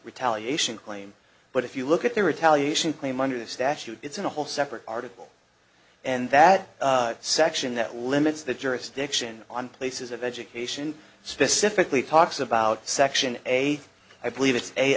retaliation claim but if you look at the retaliation claim under the statute it's in a whole separate article and that section that limits the jurisdiction on places of education specifically talks about section eight i believe it's a